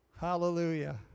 Hallelujah